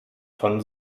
von